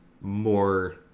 more